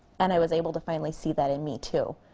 and i was able to finally see that in me too.